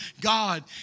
God